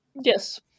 Yes